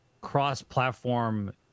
cross-platform